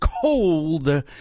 cold